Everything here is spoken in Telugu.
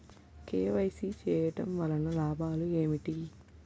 కే.వై.సీ చేయటం వలన లాభాలు ఏమిటి?